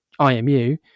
imu